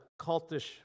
cultish